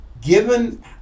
given